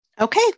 Okay